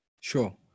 sure